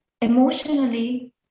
emotionally